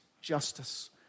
justice